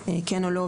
כן או לא,